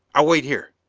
i'll wait here.